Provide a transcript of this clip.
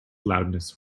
loudness